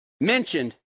mentioned